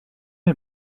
est